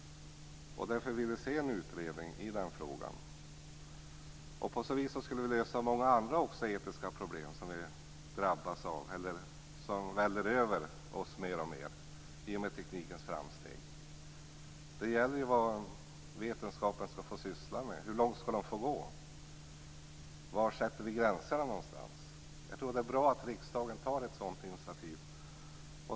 Därför vill vi se en utredning i frågan. På så vis skulle vi också lösa många andra av de etiska problem som väller över oss mer och mer i och med teknikens framsteg. Det gäller vad vetenskapen skall få syssla med. Hur långt skall den få gå? Var sätter vi gränserna? Jag tror att det är bra att riksdagen tar ett sådant initiativ.